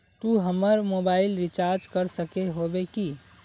तू हमर mobile recharge कर सके होबे की?